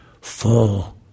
four